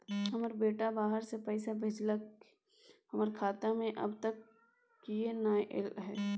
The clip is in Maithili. हमर बेटा बाहर से पैसा भेजलक एय पर हमरा खाता में अब तक किये नाय ऐल है?